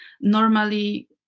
normally